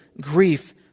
grief